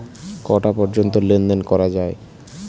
কটা পর্যন্ত লেন দেন করা য়ায়?